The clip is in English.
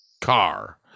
car